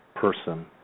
person